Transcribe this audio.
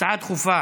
הצעות דחופות